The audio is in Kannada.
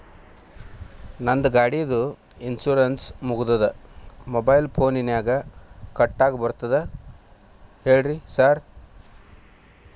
ನಂದ್ ಗಾಡಿದು ಇನ್ಶೂರೆನ್ಸ್ ಮುಗಿದದ ಮೊಬೈಲ್ ಫೋನಿನಾಗ್ ಕಟ್ಟಾಕ್ ಬರ್ತದ ಹೇಳ್ರಿ ಸಾರ್?